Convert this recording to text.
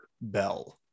Bell